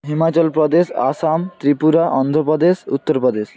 Himachal Pradesh Assam Tripura Andhra Pradesh Uttar Pradesh